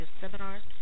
seminars